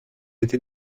été